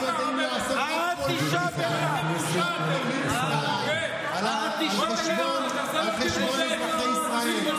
אתם יודעים לעשות רק פוליטיקה על חשבון אזרחי ישראל,